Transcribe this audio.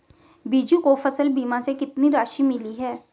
बीजू को फसल बीमा से कितनी राशि मिली है?